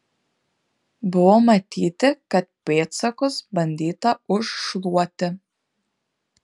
buvo matyti kad pėdsakus bandyta užšluoti